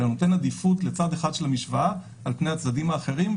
אלא נותן עדיפות לצד אחד של המשוואה על פני הצדדים האחרים.